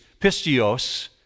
pistios